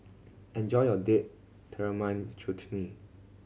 enjoy your Date Tamarind Chutney